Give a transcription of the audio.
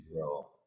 grow